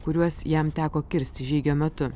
kuriuos jam teko kirsti žygio metu